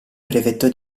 brevetto